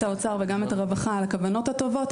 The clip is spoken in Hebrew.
האוצר וגם את הרווחה על הכוונות הטובות,